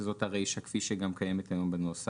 זאת הרישה כפי שקיימת גם היום בנוסח,